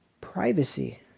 Privacy